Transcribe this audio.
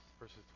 verses